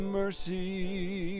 mercy